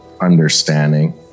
understanding